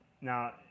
Now